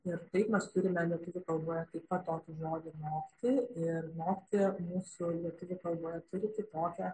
ir taip mes turime lietuvių kalboje taip pat tokį žodį nokti ir nokti mūsų lietuvių kalboje turi kitokią